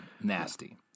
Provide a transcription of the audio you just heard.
Nasty